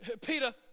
Peter